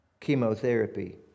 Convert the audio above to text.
chemotherapy